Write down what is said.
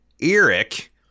Eric